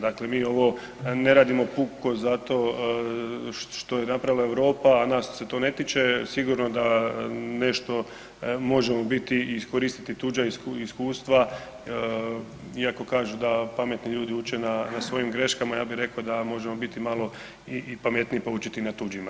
Dakle mi ovo ne radimo puko zato što je napravila Europa a nas se to ne tiče, sigurno da nešto možemo biti i iskoristiti tuđa iskustva iako kažu da pametni ljudi uče na svojim greškama, ja bi rekao da možemo biti malo i pametniji pa učiti na tuđima.